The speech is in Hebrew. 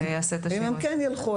ואם הם כן ילכו,